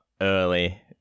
early